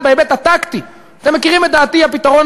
אתה צודק,